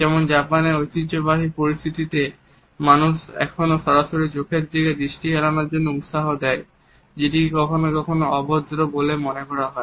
যেমন জাপানের ঐতিহ্যবাহী পরিস্থিতিতে মানুষ এখনো সরাসরি চোখের দৃষ্টি এড়ানোর জন্য উৎসাহ দেয় যেটিকে কখনো কখনো অসভ্য বলে মনে হয়